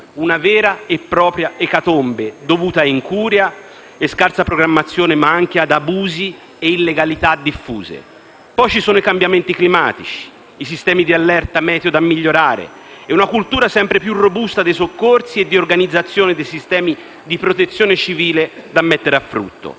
una vera e propria ecatombe dovuta a incuria e scarsa programmazione, ma anche ad abusi e illegalità diffuse. Poi ci sono i cambiamenti climatici, i sistemi di allerta meteo da migliorare e una cultura sempre più robusta dei soccorsi e di organizzazione dei sistemi di protezione civile da mettere a frutto.